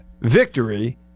Victory